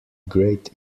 great